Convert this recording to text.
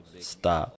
stop